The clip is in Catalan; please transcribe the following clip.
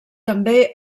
també